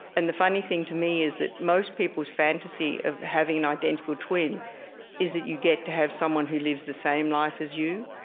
and the funny thing, to me, is that most people's fantasy of having an identical twin is that you get to have someone who lives the same life as you,